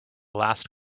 last